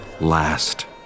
last